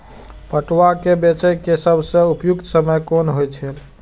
पटुआ केय बेचय केय सबसं उपयुक्त समय कोन होय छल?